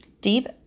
deep